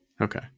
Okay